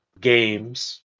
games